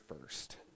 first